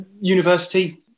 university